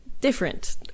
different